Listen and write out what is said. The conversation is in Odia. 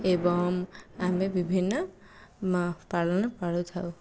ଏବଂ ଆମେ ବିଭିନ୍ନ ପାଳନ ପାଳୁଥାଉ